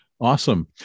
Awesome